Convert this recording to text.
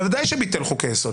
בוודאי שביטל חוקי יסוד.